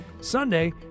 Sunday